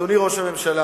אדוני ראש הממשלה,